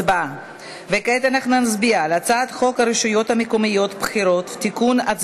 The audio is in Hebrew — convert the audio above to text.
כעת אנחנו נצביע על הצעת חוק הרשויות המקומיות (בחירות) (תיקון,